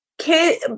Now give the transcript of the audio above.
kid